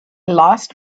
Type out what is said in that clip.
lost